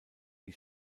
die